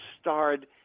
starred